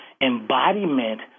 embodiment